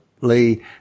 Lee